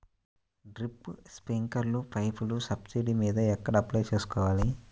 Drip, స్ప్రింకర్లు పైపులు subsidy మీద ఎక్కడ అప్లై చేసుకోవాలి?